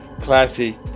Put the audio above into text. Classy